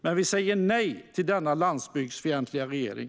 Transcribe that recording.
Men vi säger nej till denna landsbygdsfientliga regering.